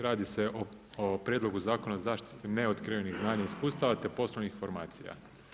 Radi se o Prijedlogu zakona o zaštiti neotkrivenih znanja i iskustava te poslovnih informacija.